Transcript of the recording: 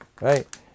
right